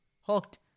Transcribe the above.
Hooked